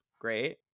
great